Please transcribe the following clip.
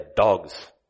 dogs